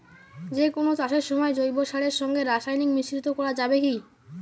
যে কোন চাষের সময় জৈব সারের সঙ্গে রাসায়নিক মিশ্রিত করা যাবে কি?